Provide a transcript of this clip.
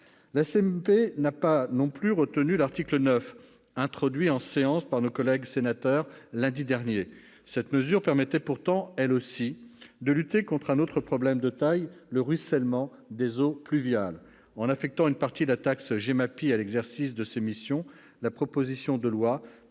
La CMP n'a pas, non plus, retenu l'article 9, introduit en séance publique, lundi dernier, par le Sénat. La mesure qu'il comportait permettait pourtant, elle aussi, de lutter contre un autre problème de taille : le ruissellement des eaux pluviales. En affectant une partie de la taxe GEMAPI à l'exercice de ces missions, la proposition de loi